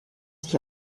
sich